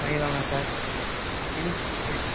my வேணாம் sir இன்ஸ் இ